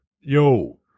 Yo